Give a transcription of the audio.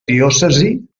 diòcesi